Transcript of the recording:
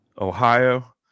Ohio